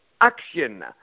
action